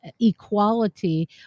equality